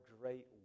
great